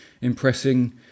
impressing